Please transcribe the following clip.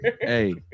Hey